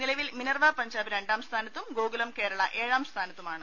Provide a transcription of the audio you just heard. നിലവിൽ മിനർവ പഞ്ചാബ് രണ്ടാം സ്ഥാനത്തും ഗോകുലം കേരള ഏഴാംസ്ഥാനത്തുമാണ്